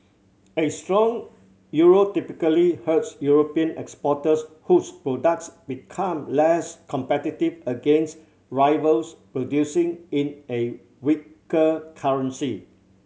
a strong euro typically hurts European exporters whose products become less competitive against rivals producing in a weaker currency